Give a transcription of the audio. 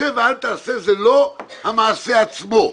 "שב ואל תעשה" זה לא המעשה עצמו.